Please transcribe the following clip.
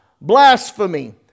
blasphemy